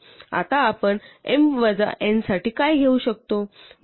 आता आपण m वजा n साठी काय घेऊ शकतो